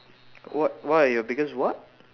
what what are your biggest what